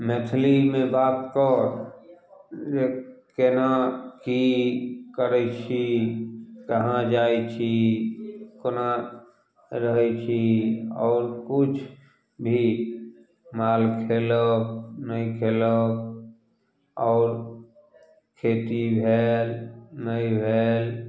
मैथिलीमे बात कर ले केना की करै छी कहाँ जाइत छी कोना रहैत छी आओर किछु भी माल खयलक नहि खयलक आओर खेती भेल नहि भेल